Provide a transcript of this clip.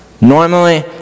normally